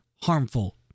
harmful